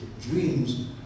Dreams